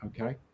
okay